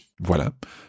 Voilà